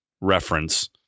reference